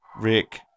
Rick